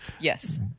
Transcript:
Yes